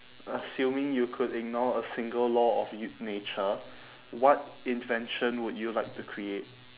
assuming you could ignore a single law of you~ nature what invention would you like to create